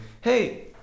hey